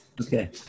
Okay